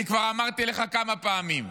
אני כבר אמרתי לך כמה פעמים: